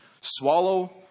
swallow